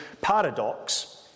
paradox